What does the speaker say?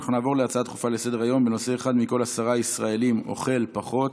נעבור להצעות דחופות לסדר-היום בנושא: אחד מכל עשרה ישראלים אוכל פחות,